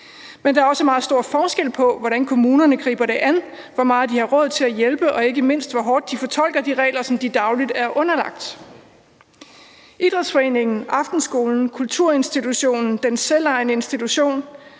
Men der er også meget stor forskel på, hvordan kommunerne griber det an – hvor meget de har råd til at hjælpe, og ikke mindst hvor hårdt de fortolker de regler, som de dagligt er underlagt. Idrætsforeningen, aftenskolen, kulturinstitutionen, den selvejende institution,